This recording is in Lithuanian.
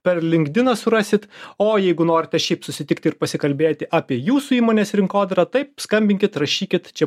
per linkdina surasit o jeigu norite šiaip susitikti ir pasikalbėti apie jūsų įmonės rinkodarą taip skambinkit rašykit čia